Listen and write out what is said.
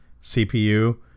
CPU